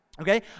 okay